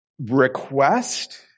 request